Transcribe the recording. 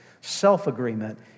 self-agreement